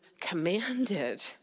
commanded